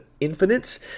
Infinite